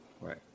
Right